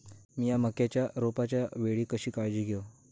मीया मक्याच्या रोपाच्या वेळी कशी काळजी घेव?